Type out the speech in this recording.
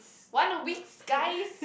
one of weeks guys